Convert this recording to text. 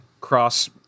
cross